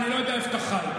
אז אני לא יודע איפה אתה חי.